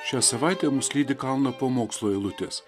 šią savaitę mus lydi kalno pamokslo eilutės